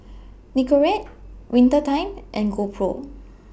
Nicorette Winter Time and GoPro